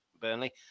burnley